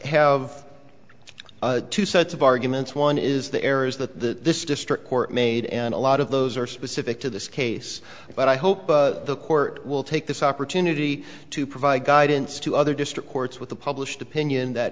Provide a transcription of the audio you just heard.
have two sets of arguments one is the errors that the district court made and a lot of those are specific to this case but i hope the court will take this opportunity to provide guidance to other district courts with the published opinion that